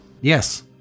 Yes